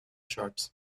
sharks